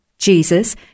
Jesus